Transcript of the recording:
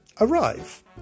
arrive